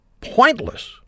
pointless